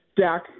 Dak